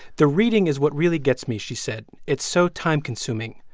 the reading is what really gets me, she said. it's so time-consuming.